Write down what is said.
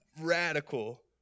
radical